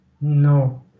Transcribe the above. No